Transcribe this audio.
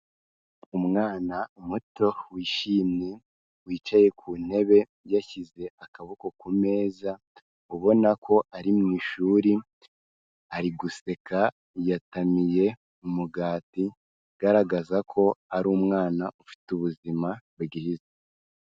Umwana muto wishimye wicaye ku ntebe yashyize akaboko ku meza, ubona ko ari mu ishuri, ari guseka yatamiye umugati ugaragaza ko ari umwana ufite ubuzima bwiza.